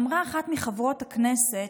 אמרה אחת מחברות הכנסת: